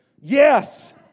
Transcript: Yes